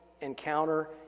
encounter